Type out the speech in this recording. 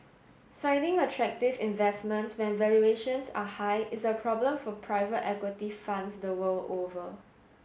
finding attractive investments when valuations are high is a problem for private equity funds the world over